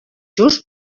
just